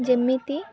ଯେମିତି